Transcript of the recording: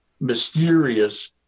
mysterious